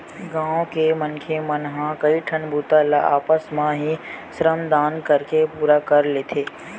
गाँव के मनखे मन ह कइठन बूता ल आपस म ही श्रम दान करके पूरा कर लेथे